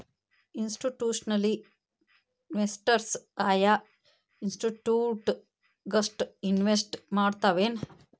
Institutional investors ಆಯಾ institute ಗಷ್ಟ invest ಮಾಡ್ತಾವೆನ್?